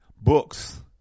books